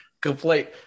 complete